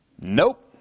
Nope